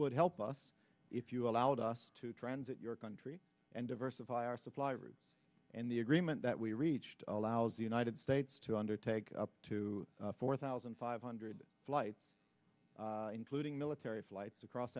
would help us if you allowed us to transit your country and diversify our supply routes and the agreement that we reached allows the united states to undertake up to four thousand five hundred flights including military flights across